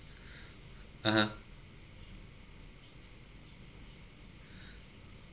(uh huh)